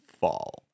fall